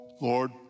Lord